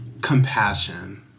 compassion